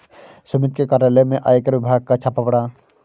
सुमित के कार्यालय में आयकर विभाग का छापा पड़ा